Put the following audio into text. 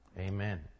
Amen